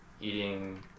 eating